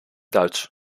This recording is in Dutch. duits